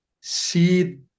see